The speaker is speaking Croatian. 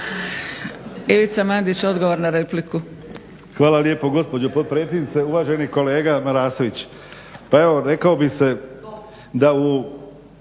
Ivica Mandić odgovor na repliku.